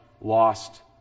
lost